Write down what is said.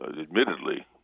Admittedly